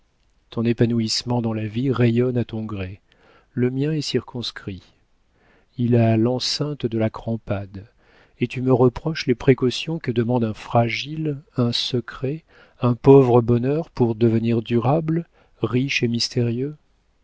ton épanouissement dans la vie rayonne à ton gré le mien est circonscrit il a l'enceinte de la crampade et tu me reproches les précautions que demande un fragile un secret un pauvre bonheur pour devenir durable riche et mystérieux